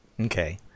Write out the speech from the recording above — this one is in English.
Okay